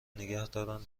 نگهدارن